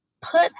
put